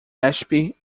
lhe